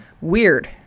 Weird